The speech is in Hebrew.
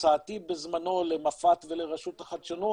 הצעתי בזמנו למפא"ת ולרשות החדשנות,